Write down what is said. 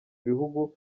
bihugu